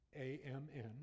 A-M-N